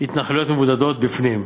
התנחלויות מבודדות בפנים.